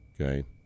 Okay